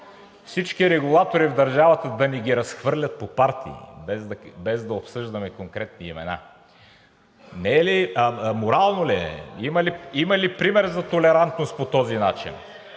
Всички регулатори в държавата да ни ги разхвърлят по партии, без да обсъждаме конкретни имена. Морално ли е, има ли пример за толерантност по този начин?